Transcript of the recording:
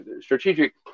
strategic